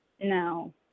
No